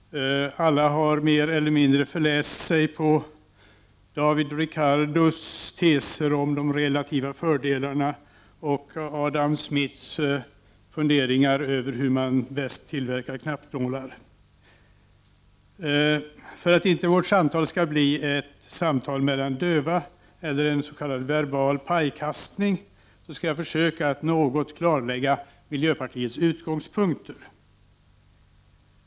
Alla har mer eller mindre förläst sig på David Ricardos teser om de relativa fördelarna och Adam Smiths funderingar över hur man bäst tillverkar knappnålar. För att inte vårt samtal skall bli ett samtal mellan döva, eller en s.k. verbal pajkastning, skall jag försöka att något klarlägga miljöpartiets utgångspunkter.